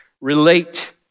relate